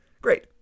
Great